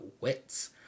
wits